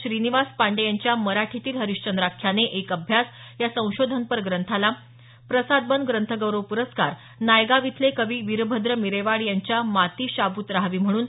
श्रीनिवास पांडे यांच्या मराठीतील हरिश्चंद्राख्याने एक अभ्यास या संशोधनपर ग्रंथाला प्रसाद बन ग्रंथगौरव प्रस्कार नायगाव इथले कवी वीरभद्र मिरेवाड यांच्या माती शाबूत राहावी म्हणून